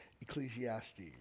Ecclesiastes